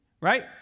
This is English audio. Right